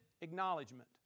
acknowledgement